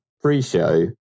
pre-show